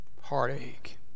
heartache